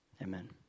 Amen